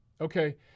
Okay